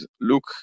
look